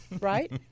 right